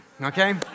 okay